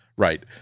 Right